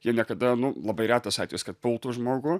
jie niekada nu labai retas atvejis kad pultų žmogų